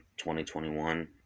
2021